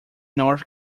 north